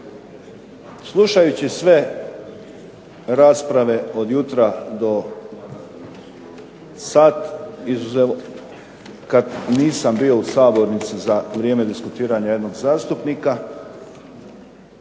Slušajući sve rasprave od jutra do sad izuzev kad nisam bio u sabornici za vrijeme diskutiranja jednog zastupnika